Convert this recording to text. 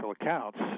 accounts